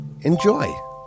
Enjoy